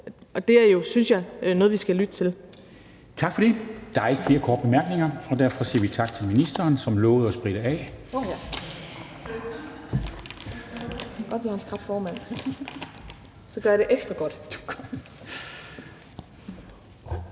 Kl. 12:27 Formanden (Henrik Dam Kristensen): Tak for det. Der er ikke flere korte bemærkninger, og derfor siger vi tak til ministeren– som lovede at spritte af.